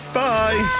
bye